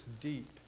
deep